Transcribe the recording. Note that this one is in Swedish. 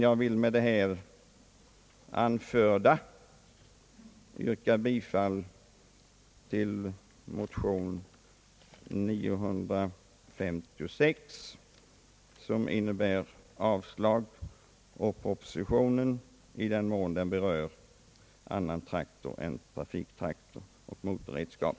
Jag vill med det anförda yrka bifall till motion I: 956 som innebär avslag på propositionen i den mån den berör annan traktor än trafiktraktor och motorredskap.